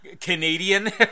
Canadian